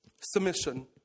Submission